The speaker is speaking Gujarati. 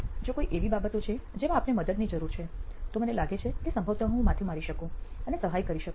જો કોઈ એવી બાબતો છે કે જેમાં આપને મદદની જરૂર છે તો મને લાગે છે કે સંભવત હું માથુ મારી શકું અને સહાય કરી શકું